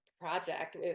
project